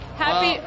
happy